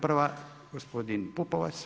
Prva gospodin Pupovac.